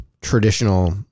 traditional